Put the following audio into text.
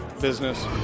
business